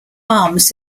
arms